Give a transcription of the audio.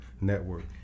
network